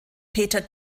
peter